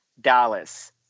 Dallas